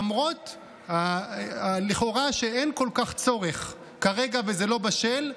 למרות שלכאורה אין כל כך צורך כרגע וזה לא בשל.